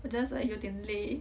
我 just like 有点累